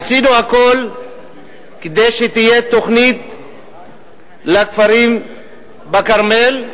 עשינו הכול כדי שתהיה תוכנית לכפרים בכרמל,